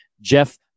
Jeff